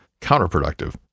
counterproductive